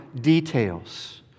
details